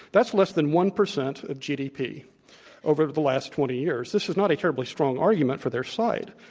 that's less than one percent of gdp over the last twenty years. this is not a terribly strong argument for their side